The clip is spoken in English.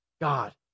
God